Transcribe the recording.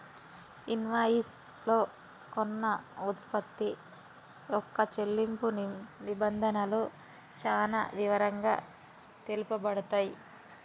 invoice లో కొన్న వుత్పత్తి యొక్క చెల్లింపు నిబంధనలు చానా వివరంగా తెలుపబడతయ్